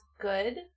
good